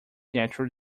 natural